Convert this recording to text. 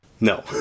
no